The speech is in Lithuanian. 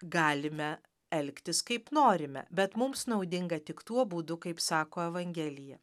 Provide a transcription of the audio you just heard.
galime elgtis kaip norime bet mums naudinga tik tuo būdu kaip sako evangelija